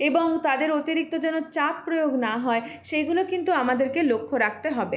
এবং তাদের অতিরিক্ত যেন চাপ প্রয়োগ না হয় সেইগুলো কিন্তু আমাদেরকে লক্ষ্য রাখতে হবে